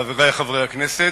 חברי חברי הכנסת,